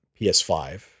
PS5